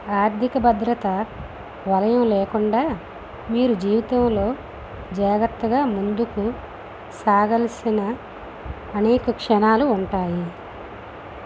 ఆర్థిక భద్రత వలయం లేకుండా మీరు జీవితంలో జాగ్రత్తగా ముందుకు సాగాల్సిన అనేక క్షణాలు ఉంటాయి